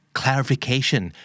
clarification